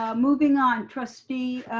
moving on trustee